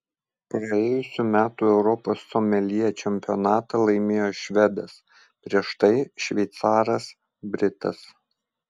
praėjusių metų europos someljė čempionatą laimėjo švedas prieš tai šveicaras britas